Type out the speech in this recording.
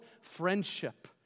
friendship